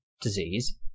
disease